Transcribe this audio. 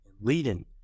leading